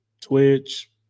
Twitch